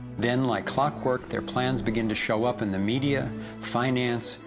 then like clockwork, their plans begin to show up in the media finance,